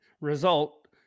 result